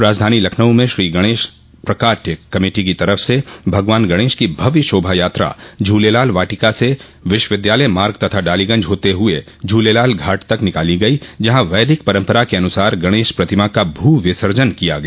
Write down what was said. राजधानी लखनऊ में श्री गणेश प्रकाट्य कमेटी की तरफ से भगवान गणेश की भव्य शोभा यात्रा झूलेलाल वाटिका से विश्वविद्यालय मार्ग तथा डालीगंज होते हुए झूलेलाल घाट तक निकाली गयी जहां वैदिक परम्परा के अनुसार गणेश प्रतिमा का भू विसर्जन किया गया